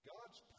God's